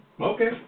Okay